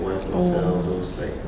oh